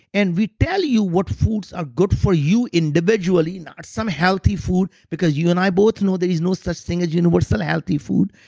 and we tell you what foods are good for you individually. not some healthy food, because you and i both know there is no such thing as universal healthy food.